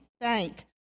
thank